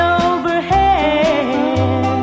overhead